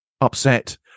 upset